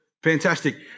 Fantastic